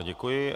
Děkuji.